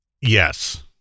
Yes